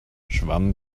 schwamm